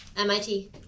MIT